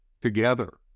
together